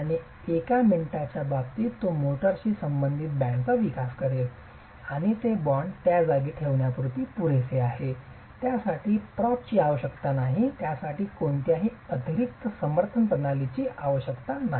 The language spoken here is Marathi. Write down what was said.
आणि एका मिनिटाच्या बाबतीत तो मोर्टारशी संबंधित बाँडचा विकास करेल आणि ते बॉण्ड त्या जागी ठेवण्यासाठी पुरेसे आहे त्यासाठी प्रॉपची आवश्यकता नाही त्यासाठी कोणत्याही अतिरिक्त समर्थन प्रणालीची आवश्यकता नाही